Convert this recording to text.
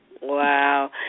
Wow